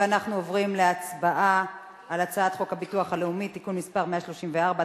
אנחנו עוברים להצבעה על הצעת חוק הביטוח הלאומי (תיקון מס' 134),